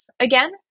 again